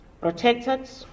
protected